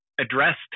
addressed